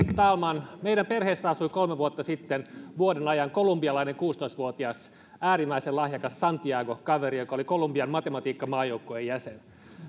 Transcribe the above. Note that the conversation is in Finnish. talman meidän perheessä asui kolme vuotta sitten vuoden ajan kolumbialainen kuusitoista vuotias äärimmäisen lahjakas santiago kaveri joka oli kolumbian matematiikkamaajoukkueen jäsen